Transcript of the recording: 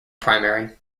primary